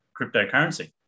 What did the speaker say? cryptocurrency